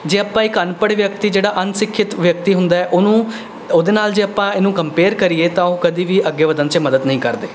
ਜੇ ਆਪਾਂ ਇਕ ਅਨਪੜ੍ਹ ਵਿਅਕਤੀ ਜਿਹੜਾ ਅਨਸਿੱਖਿਅਤ ਵਿਅਕਤੀ ਹੁੰਦਾ ਹੈ ਉਹਨੂੰ ਉਹਦੇ ਨਾਲ਼ ਜੇ ਆਪਾਂ ਇਹਨੂੰ ਕੰਪੇਅਰ ਕਰੀਏ ਤਾਂ ਉਹ ਕਦੀ ਵੀ ਅੱਗੇ ਵਧਣ 'ਚ ਮਦਦ ਨਹੀਂ ਕਰਦੇ